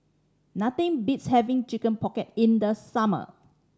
nothing beats having Chicken Pocket in the summer